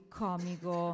comico